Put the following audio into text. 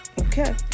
okay